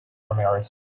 ramirez